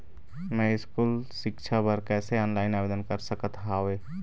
मैं स्कूल सिक्छा बर कैसे ऑनलाइन आवेदन कर सकत हावे?